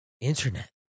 internet